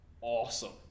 awesome